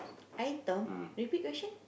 item repeat question